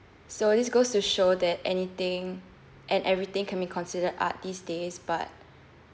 so thisgoes to show that anything and everything can be consider art these days but